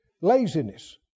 laziness